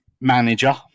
manager